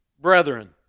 brethren